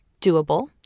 doable